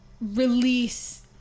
release